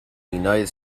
united